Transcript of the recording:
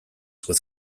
with